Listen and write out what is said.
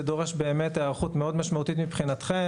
ודורש באמת היערכות מאוד משמעותית מבחינתכם